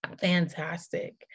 Fantastic